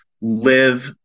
live